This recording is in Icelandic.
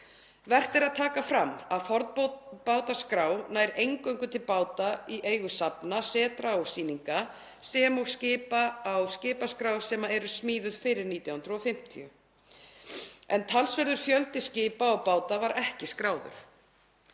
Vert að taka fram að fornbátaskrá nær eingöngu til báta í eigu safna, setra og sýninga, sem og skipa á skipaskrá sem eru smíðuð fyrir 1950, en talsverður fjöldi skipa og báta var ekki skráður.